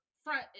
front